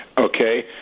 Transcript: Okay